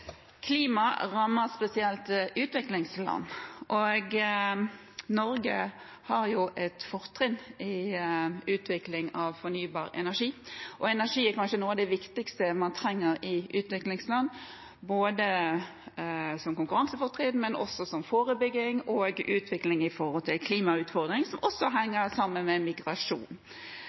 har et fortrinn i utvikling av fornybar energi. Energi er kanskje noe av det viktigste man trenger i utviklingsland, både som konkurransefortrinn og som forebygging og utvikling i forbindelse med klimautfordringer, som også henger sammen med migrasjon,